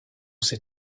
ces